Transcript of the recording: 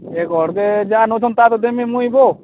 ଏ ଗଡ଼୍କେ ଯାହା ନେଉଛନ୍ତି ତାହା ତ ଦେବିଁ ମୁଇଁ ଗୋ